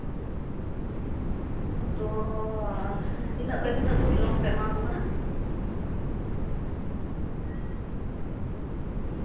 ᱛᱚ ᱛᱤᱱᱟᱹᱜ ᱠᱷᱚᱡ ᱛᱤᱱᱟᱹᱜ ᱫᱷᱟᱹᱵᱤᱡ ᱞᱳᱱ ᱯᱮ ᱮᱢᱟᱣᱟᱠᱚ ᱠᱟᱱᱟ